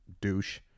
douche